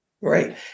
Right